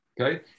Okay